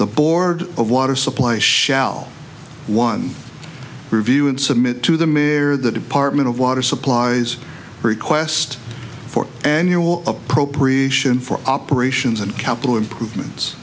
the board of water supplies shall one review and submit to the mayor the department of water supplies request for annual appropriation for operations and capital improvements